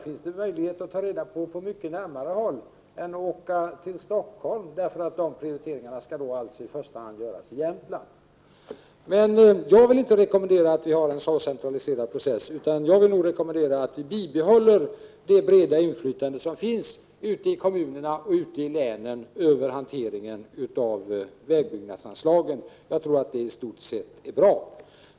Man kan få svar på mycket närmare håll utan att behöva resa till Stockholm. Dessa prioriteringar skall i första hand göras i Jämtland. Jag vill inte rekommendera en centraliserad process, utan jag vill nog att vi bibehåller det breda inflytande som finns ute i kommunerna och i länen över hanteringen av vägbyggnadsanslagen. Den ordningen fungerar i stort sett bra.